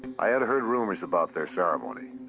i had heard rumors about their ceremony.